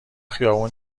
خیابون